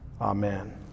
Amen